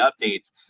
updates